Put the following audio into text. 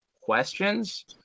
questions